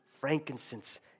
frankincense